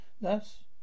thus